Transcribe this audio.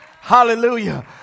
Hallelujah